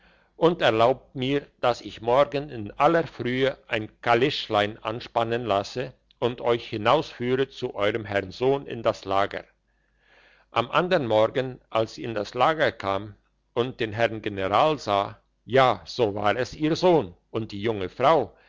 und erlaubt mir dass ich morgen in aller frühe ein kaleschlein anspannen lasse und euch hinausführe zu eurem herrn sohn in das lager am morgen als sie in das lager kam und den general sah ja so war es ihr sohn und die junge frau